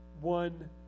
one